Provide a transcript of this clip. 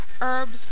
herbs